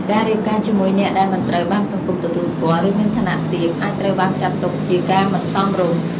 ការរៀបការជាមួយអ្នកដែលមិនត្រូវបានសង្គមទទួលស្គាល់ ឬមានឋានៈទាប អាចត្រូវបានចាត់ទុកជាការមិនសមរម្យ។